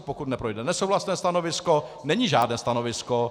Pokud neprojde nesouhlasné stanovisko, není žádné stanovisko.